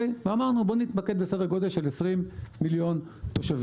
אמרנו, בוא נתמקד בסדר גודל של 20 מיליון תושבים.